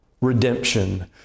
redemption